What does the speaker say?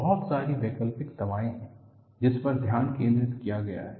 बहुत सारी वैकल्पिक दवाएं हैं जिन पर ध्यान केंद्रित किया गया है